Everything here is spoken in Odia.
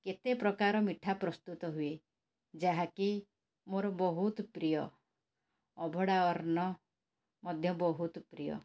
କେତେ ପ୍ରକାର ମିଠା ପ୍ରସ୍ତୁତ ହୁଏ ଯାହାକି ମୋର ବହୁତ ପ୍ରିୟ ଅଭଢ଼ା ଅନ୍ନ ମଧ୍ୟ ବହୁତ ପ୍ରିୟ